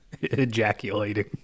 ejaculating